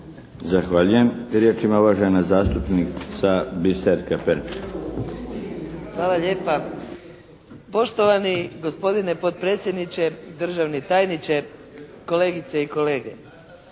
Zahvaljujem. Riječ ima uvažena zastupnica Biserka Perman. **Perman, Biserka (SDP)** Hvala lijepa. Poštovani gospodine potpredsjedniče, državni tajniče, kolegice i kolege!